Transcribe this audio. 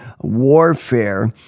Warfare